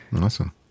Awesome